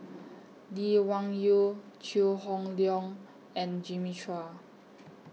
Lee Wung Yew Chew Hock Leong and Jimmy Chua